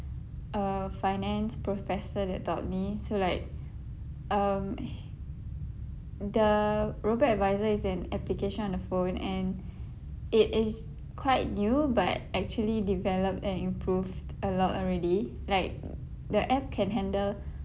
a finance professor that taught me so like um the robo adviser is an application on the phone and it is quite new but actually developed and improved a lot already like the app can handle